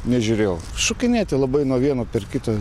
nežiūrėjau šokinėti labai nuo vieno per kitą